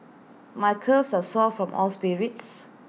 my calves are sore from all sprints